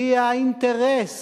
כי האינטרס